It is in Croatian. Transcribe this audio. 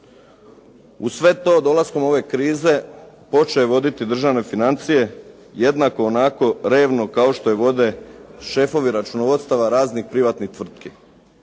Uz sve to, dolaskom ove krize, počeo je voditi državne financije jednako onako revno kao što je vode šefovi računovodstava raznih privatnih tvrtki.